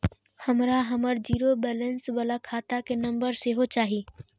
हमरा हमर zero balance बाला खाता के नम्बर सेहो चाही